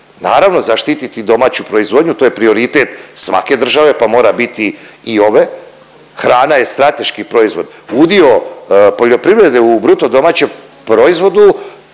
Naravno zaštititi domaću proizvodnju to je prioritet svake države pa mora biti i ove. Hrana je strateški proizvod. Udio poljoprivrede u bruto domaćem proizvodu